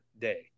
day